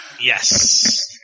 Yes